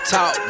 Talk